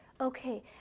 Okay